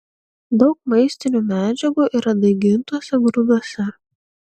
daug maistinių medžiagų yra daigintuose grūduose